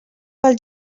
pel